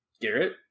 Garrett